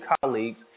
colleagues